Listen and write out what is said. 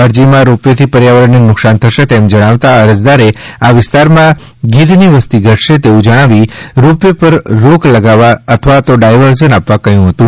અરજીમાં રોપ વેથી પર્યાવરણને નુકસાન થશે તેમ જણાવતા અરજદારે આ વિસ્તારમાં ગીધની વસ્તી ઘટશે તેવુ જણાવી રોપ વે પર રોક લગાવવા અથવા ડાયવર્ઝન આપવા કહ્યુ હતુ